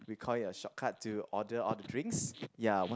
we call it a shortcut to order all the drinks ya what